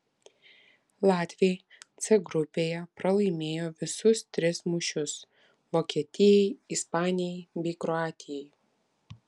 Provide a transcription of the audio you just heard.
latviai c grupėje pralaimėjo visus tris mūšius vokietijai ispanijai bei kroatijai